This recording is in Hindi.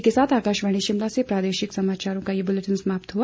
इसी के साथ आकाशवाणी शिमला से प्रादेशिक समाचार का ये बुलेटिन समाप्त हुआ